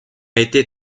été